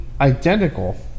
identical